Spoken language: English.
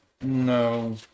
no